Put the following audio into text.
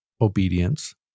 obedience